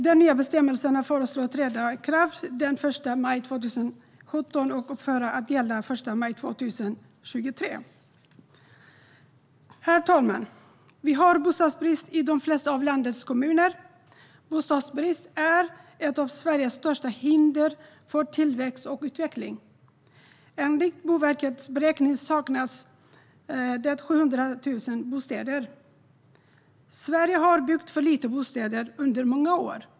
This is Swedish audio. Den nya bestämmelsen föreslås träda i kraft den 1 maj 2017 och upphöra att gälla den 1 maj 2023. Herr talman! Vi har bostadsbrist i de flesta av landets kommuner. Bostadsbristen är ett av Sveriges största hinder för tillväxt och utveckling. Enligt Boverkets beräkning saknas 700 000 bostäder. Under många år har Sverige byggt för få bostäder.